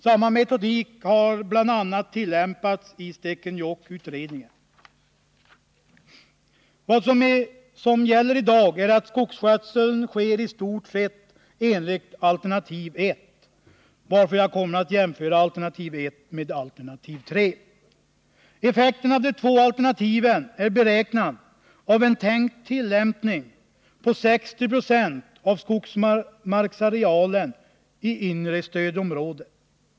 Samma metodik har tillämpats bl.a. i Stekenjokkutredningen. Det som gäller i dag är att skogsskötseln sker i stort sett enligt alternativ 1, varför jag kommer att jämföra alternativ I med alternativ 3. Effekten av de två alternativen är beräknad på ett tänkt 60-procentigt nyttjande av skogsmarksarealen i inre stödområdet.